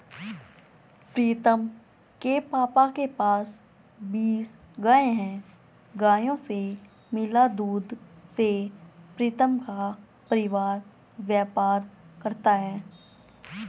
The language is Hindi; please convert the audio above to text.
प्रीतम के पापा के पास बीस गाय हैं गायों से मिला दूध से प्रीतम का परिवार व्यापार करता है